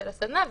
הסדנה,